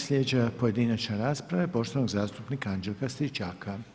Sljedeća pojedinačna rasprava je poštovanog zastupnika Anđelka Stričaka.